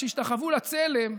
שהשתחוו לצלם,